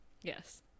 Yes